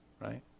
Right